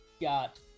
got